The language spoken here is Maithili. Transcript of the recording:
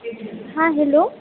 हाँ हेलो